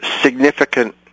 significant